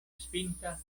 spinta